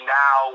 now